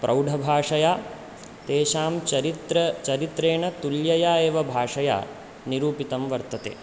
प्रौढभाषया तेषां चरित्र चरित्रेण तुल्यया एव भाषया निरूपितं वर्तते